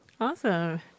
Awesome